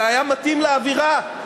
זה היה מתאים לאווירה.